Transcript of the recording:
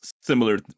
similar